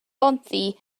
bontddu